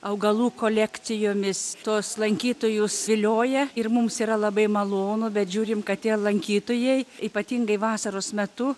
augalų kolekcijomis tuos lankytojus vilioja ir mums yra labai malonu bet žiūrim kad tie lankytojai ypatingai vasaros metu